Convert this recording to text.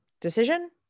decision